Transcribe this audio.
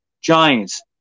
giants